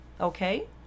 okay